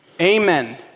Amen